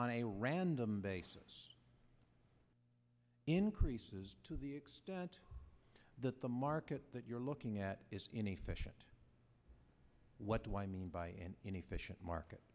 on a random basis increases to the extent that the market that you're looking at is inefficient what do i mean by an inefficient market